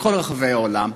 מכל רחבי העולם,